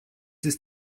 ist